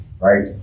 Right